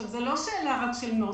זאת לא שאלה רק של נוסח.